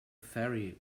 ferry